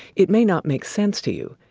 it may not make sense to you,